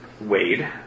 Wade